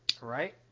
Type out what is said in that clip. Right